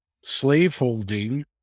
slaveholding